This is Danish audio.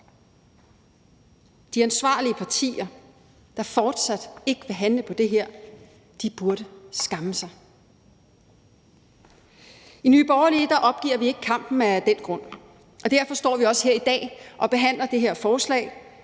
De ansvarlige partier, der fortsat ikke vil handle på det her, burde skamme sig. I Nye Borgerlige opgiver vi ikke kampen af den grund, og derfor står vi også her i dag og behandler det her forslag,